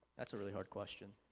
that's a really hard question.